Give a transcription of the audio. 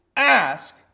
ask